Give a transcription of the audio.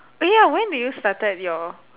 oh ya when did you started your